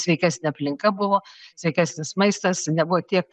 sveikesnė aplinka buvo sveikesnis maistas nebuvo tiek